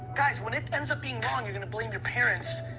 guys, when it ends up being wrong you're gonna blame your parents,